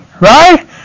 right